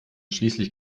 schließlich